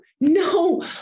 No